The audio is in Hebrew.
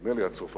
נדמה לי הצרפתית,